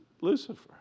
Lucifer